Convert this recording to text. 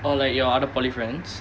orh like your other polytechnic friends